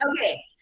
Okay